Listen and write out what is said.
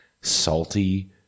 salty